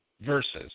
versus